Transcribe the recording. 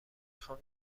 خوام